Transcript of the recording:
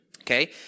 Okay